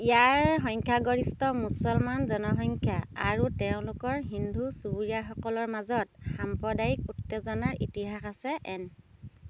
ইয়াৰ সংখ্যাগৰিষ্ঠ মুছলমান জনসংখ্যা আৰু তেওঁলোকৰ হিন্দু চুবুৰীয়াসকলৰ মাজত সাম্প্ৰদায়িক উত্তেজনাৰ ইতিহাস আছে এন